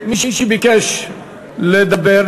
מי שביקש לדבר,